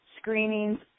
screenings